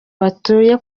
batuye